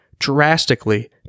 drastically